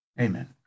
Amen